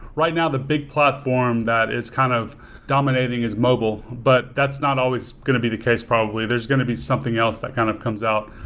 right now, the big platform that is kind of dominating is mobile, but that's not always going to be the case probably. there's going to be something else that kind of comes out.